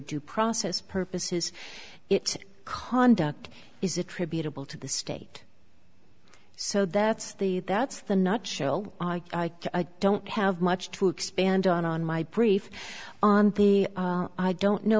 due process purposes it conduct is attributable to the state so that's the that's the not show i don't have much to expand on on my brief on the i don't know